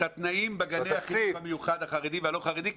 את התנאים בגני החינוך המיוחד החרדי ולא החרדי.